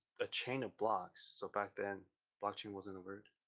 a chain of blocks. so back then blockchain wasn't a word,